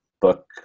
book